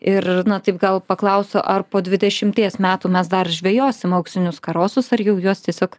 ir taip gal paklausiu ar po dvidešimties metų mes dar žvejosim auksinius karosus ar jau juos tiesiog